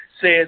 says